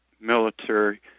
military